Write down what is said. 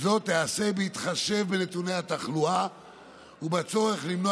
זו תיעשה בהתחשב בנתוני התחלואה ובצורך למנוע